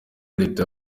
leta